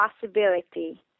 possibility